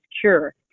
cure